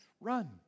run